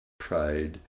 pride